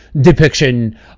depiction